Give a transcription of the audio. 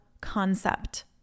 concept